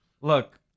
look